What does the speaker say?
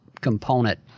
component